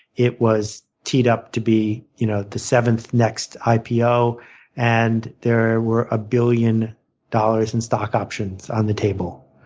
it was teed up to be you know the seventh next ah ipo and there were a billion dollars in stock options on the table.